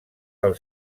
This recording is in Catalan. del